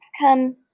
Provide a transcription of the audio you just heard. come